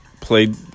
played